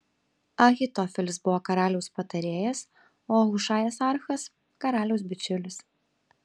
ahitofelis buvo karaliaus patarėjas o hušajas archas karaliaus bičiulis